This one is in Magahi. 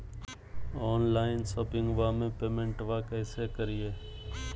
ऑनलाइन शोपिंगबा में पेमेंटबा कैसे करिए?